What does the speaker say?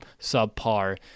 subpar